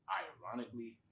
ironically